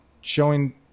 showing –